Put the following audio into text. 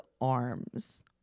arms